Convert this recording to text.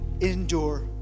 endure